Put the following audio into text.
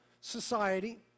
society